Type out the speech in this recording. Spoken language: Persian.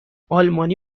آلمانی